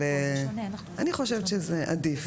אני חושבת שזה עדיף.